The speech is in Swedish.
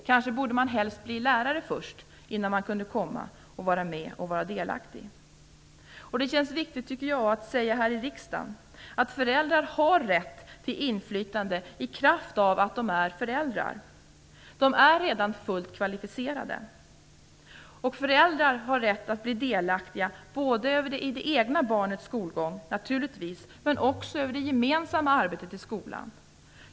Kanske borde man som förälder helst bli lärare innan man kunde få bli delaktig. Det känns viktigt att säga här i riksdagen att föräldrar har rätt till inflytande i kraft av att de är föräldrar. De är redan fullt kvalificerade. Föräldrar har rätt att bli delaktiga både i det egna barnets skolgång - naturligtvis - och i det gemensamma arbetet i skolan.